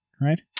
right